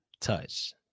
touch